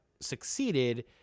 succeeded